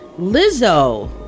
Lizzo